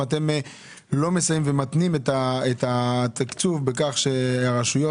האם אתם לא מסייעים ומתנים את התקצוב בכך שהרשויות